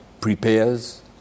prepares